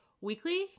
weekly